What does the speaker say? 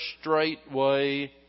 straightway